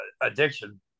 addiction